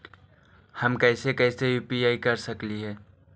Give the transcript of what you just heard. हम कैसे कैसे यु.पी.आई कर सकली हे?